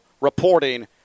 reporting